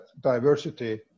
diversity